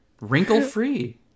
Wrinkle-free